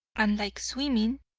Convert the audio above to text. and like swimming,